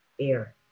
air